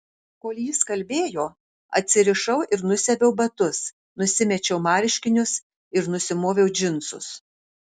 kol jis kalbėjo atsirišau ir nusiaviau batus nusimečiau marškinius ir nusimoviau džinsus